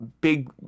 big